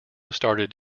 started